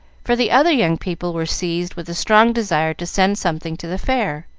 for the other young people were seized with a strong desire to send something to the fair.